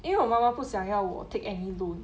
因为我妈妈不想要我 take any loan